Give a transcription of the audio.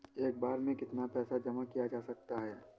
एक बार में कितना पैसा जमा किया जा सकता है?